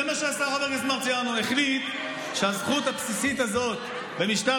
זה מה שעשה יורם מרציאנו שהזכות הבסיסית הזאת במשטר